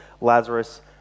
Lazarus